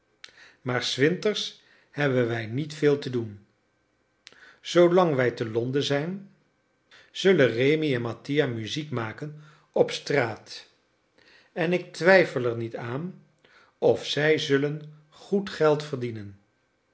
maar s winters hebben wij niet veel te doen zoolang wij te londen zijn zullen rémi en mattia muziek maken op straat en ik twijfel er niet aan of zij zullen goed geld verdienen